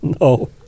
No